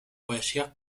poesía